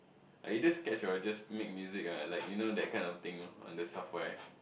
I either sketch or just make music ah like you know that kind of thing on the software